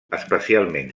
especialment